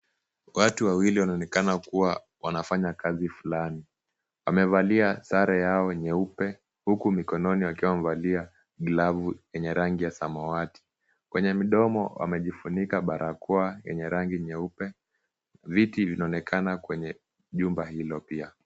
Watu wawili wanaonekana kuwa wanafanya kazi fulani. Wamevalia sare yao nyeupe, huku mikononi wakiwa wamevalia glavu yenye rangi ya samawati. Kwenye midomo wamejifunika barakoa yenye rangi nyeupe, viti vinaonekana kwenye jumba hilo pia.